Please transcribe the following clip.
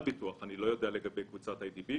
ביטוח - אני לא יודע לגבי קבוצת אי די בי,